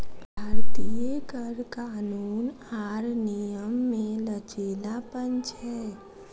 भारतीय कर कानून आर नियम मे लचीलापन छै